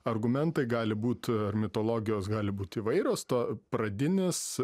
argumentai gali būt ar mitologijos gali būt įvairios to pradinis